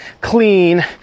clean